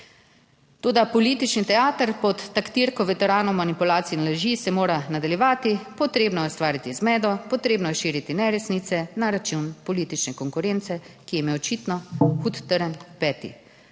Toda politični teater pod taktirko veteranov manipulacij in laži se mora nadaljevati. Potrebno je ustvariti zmedo, potrebno je širiti neresnice na račun politične konkurence, ki jim je očitno hud trn v peti.